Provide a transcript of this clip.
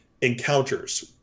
encounters